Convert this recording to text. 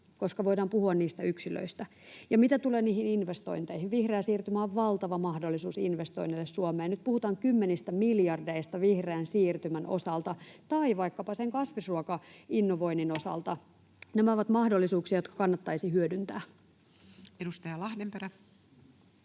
koska voidaan puhua niistä yksilöistä. Mitä tulee niihin investointeihin, niin vihreä siirtymä on valtava mahdollisuus investoinneille Suomeen. Nyt puhutaan kymmenistä miljardeista vihreän siirtymän osalta tai [Pia Sillanpään välihuuto] vaikkapa sen kasvisruokainnovoinnin osalta. Nämä ovat mahdollisuuksia, jotka kannattaisi hyödyntää. Edustaja Lahdenperä.